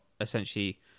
essentially